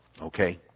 Okay